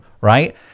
right